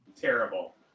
Terrible